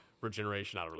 Regeneration